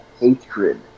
hatred